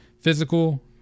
physical